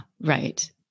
right